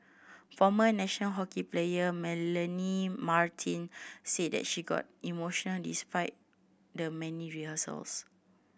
former national hockey player Melanie Martens said that she got emotional despite the many rehearsals